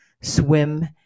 swim